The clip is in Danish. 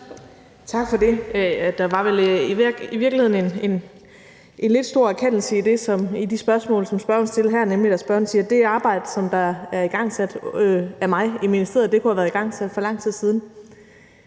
Tak for det. Der var vel i virkeligheden en lidt stor erkendelse i de spørgsmål, som spørgeren stillede her, nemlig at spørgeren siger, at det arbejde, som der er igangsat af mig i ministeriet, kunne have været igangsat for lang tid siden.